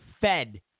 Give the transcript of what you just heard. fed